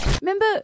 Remember